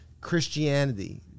Christianity